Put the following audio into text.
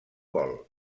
vol